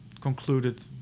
concluded